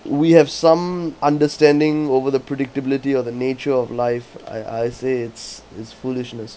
we have some understanding over the predictability or the nature of life I I say it's it's foolishness